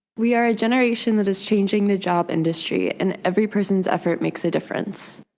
we are a generation that is changing the job industry and every person's effort makes a difference.